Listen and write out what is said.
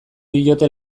diote